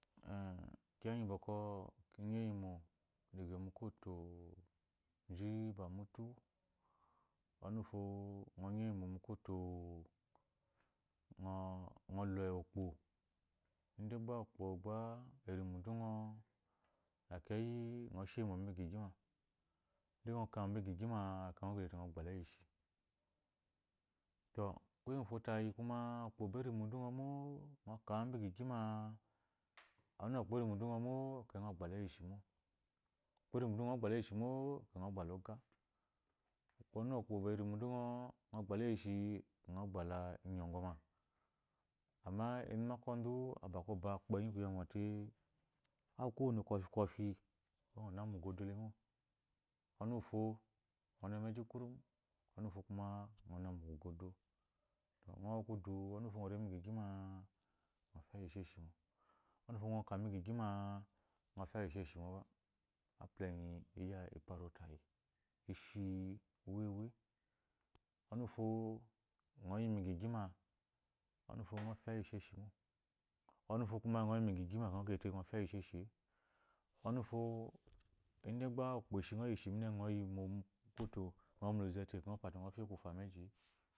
keyi ngi bwɔkwɔ ki yi mo mu koto ji ba mutu ɔnu uwufo mu koto ngɔ le ukpo idai gba ukpo ge mu ba avi mu udu ngɔ akeyi ngɔ shemo mi gyigyi ma idai ngɔ ka mi gyigyi ma anu ukpo eyi mu udumo ngɔ agbala yi eshi mo ukpo eri mu udu mo ngɔ gbala eshi mo ba ngɔ gbala oga ɔnu ukpo ba eri mu udungɔ ngɔ gbala yi eshi ngɔ gbala enyɔgɔ ma amama ezumakwɔnzu oba koba kukpenyi kuyi mɔ ɔte aku kuwane kwofi kwɔfi gba ngɔ na mu kurum ɔnu wofo kuma ngɔ mu koigodo ngɔ wɔ kudu ɔnuuwufo ngɔ re mu gyigyi ma ngɔ fya iyi esheshi mo ngɔ uwufo ngɔ ma ngo fya iyi esheshi mo moba apula enyi iya ifaru tayi ishe uwe uwe ɔnu uwufo ngɔ yi mu igyigyi ma ngɔ uwufo ngɔ fya iyi esheshi mo ɔnu kuma ngɔ yi mu ighighi ma ekweyi ngɔ fya iyi esheshi e ngɔ uwufo ide gba ukpo eshino iyi esheshi mune mu koto ngɔ yi mu ruze ikeyi ngɔ pwate